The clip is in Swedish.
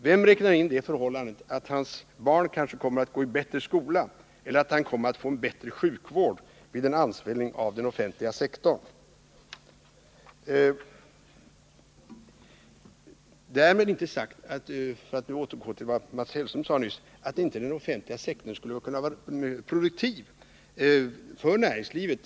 Vem räknar in det förhållandet att hans barn kanske kommer att gå i en bättre skola eller att han kommer att få en bättre sjukvård vid en ansvällning av den offentliga sektorn? För att återgå till vad Mats Hellström nyss sade vill jag framhålla att den offentliga sektorn kan vara produktiv för näringslivet.